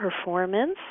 performance